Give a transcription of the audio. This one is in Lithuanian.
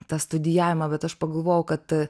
tą studijavimą bet aš pagalvojau kad